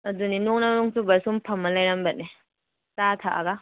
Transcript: ꯑꯗꯨꯅꯤ ꯅꯣꯡꯅ ꯅꯣꯡ ꯆꯨꯕ ꯁꯨꯝ ꯐꯝꯃ ꯂꯩꯔꯝꯕꯅꯤ ꯆꯥ ꯊꯛꯂꯒ